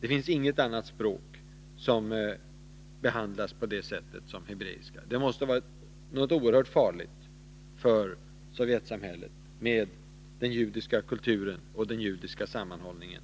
Det finns inget annat språk som behandlas på samma sätt som hebreiskan. Det måste vara något oerhört farligt för sovjetsamhället med den judiska kulturen och den judiska sammanhållningen,